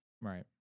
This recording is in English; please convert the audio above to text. right